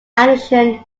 addition